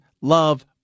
love